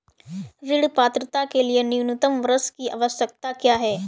ऋण पात्रता के लिए न्यूनतम वर्ष की आवश्यकता क्या है?